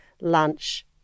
lunch